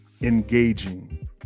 engaging